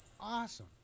awesome